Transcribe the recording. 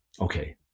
Okay